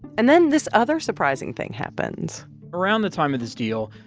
and then this other surprising thing happens around the time of this deal,